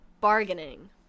Bargaining